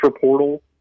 portal